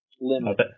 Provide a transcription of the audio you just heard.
limit